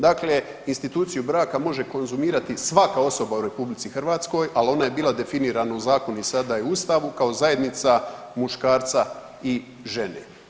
Dakle, instituciju braka može konzumirati svaka osoba u RH ali ona je bila definirana u zakonu i sada je u Ustavu kao zajednica muškarca i žene.